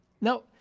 now